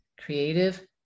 Creative